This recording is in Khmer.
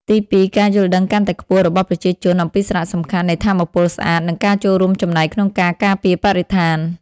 ទីពីរ ការយល់ដឹងកាន់តែខ្ពស់របស់ប្រជាជនអំពីសារៈសំខាន់នៃថាមពលស្អាត និងការចូលរួមចំណែកក្នុងការការពារបរិស្ថាន។